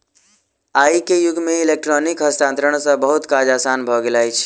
आई के युग में इलेक्ट्रॉनिक हस्तांतरण सॅ बहुत काज आसान भ गेल अछि